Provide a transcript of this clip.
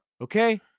okay